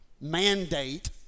mandate